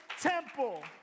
temple